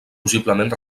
possiblement